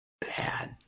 bad